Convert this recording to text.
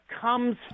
comes